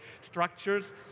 structures